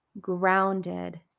grounded